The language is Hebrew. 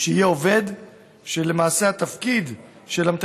יהיה עובד שלמעשה התפקיד שלו אינו